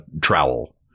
trowel